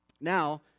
Now